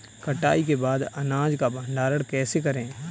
कटाई के बाद अनाज का भंडारण कैसे करें?